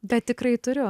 bet tikrai turiu